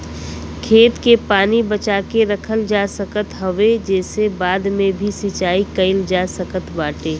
खेत के पानी बचा के रखल जा सकत हवे जेसे बाद में भी सिंचाई कईल जा सकत बाटे